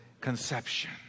conception